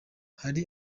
hari